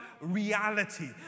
reality